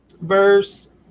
verse